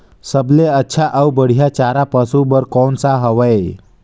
सबले अच्छा अउ बढ़िया चारा पशु बर कोन सा हवय?